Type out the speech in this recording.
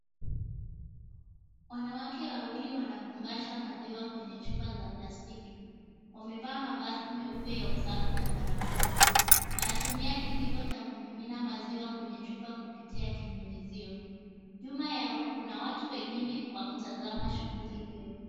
Wanawake wawili wanafungasha maziwa kwenye chupa za plastiki. Wamevaa mavazi meupe ya usafi na barakoa. Wanatumia kijiko cha kumimina maziwa kwenye chupa kupitia kinyunyizio. Nyuma yao, kuna watu wengine wakitazama shughuli hiyo.